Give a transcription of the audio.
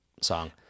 song